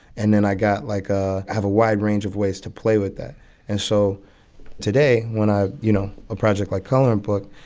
and then i got like a have a wide range of ways to play with that and so today, when i you know, a project like coloring book,